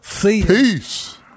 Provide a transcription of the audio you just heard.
peace